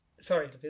Sorry